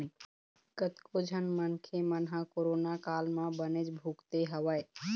कतको झन मनखे मन ह कोरोना काल म बनेच भुगते हवय